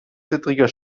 zittriger